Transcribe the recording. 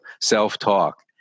self-talk